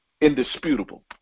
indisputable